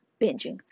binging